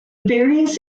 various